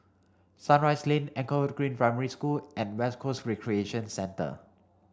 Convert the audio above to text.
Sunrise Lane Anchor Green Primary School and West Coast Recreation Centre